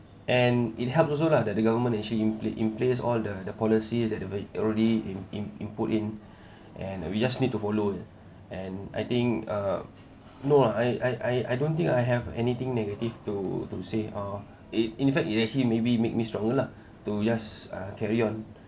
and it helps also lah that the government actually inple~ in place all the policies that have already in in input in and we just need to follow ya and I think uh no lah I I I don't think I have anything negative to to say or it in fact maybe make me stronger lah to just uh carry on